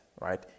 right